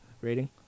rating